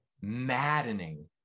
maddening